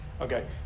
Okay